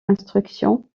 instructions